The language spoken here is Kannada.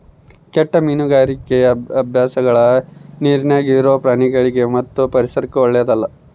ಕೆಟ್ಟ ಮೀನುಗಾರಿಕಿ ಅಭ್ಯಾಸಗಳ ನೀರಿನ್ಯಾಗ ಇರೊ ಪ್ರಾಣಿಗಳಿಗಿ ಮತ್ತು ಪರಿಸರಕ್ಕ ಓಳ್ಳೆದಲ್ಲ